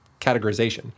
categorization